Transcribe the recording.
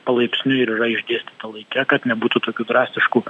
palaipsniui ir yra išdėstyta laike kad nebūtų tokių drastiškų